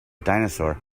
dinosaur